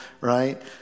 right